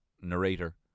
narrator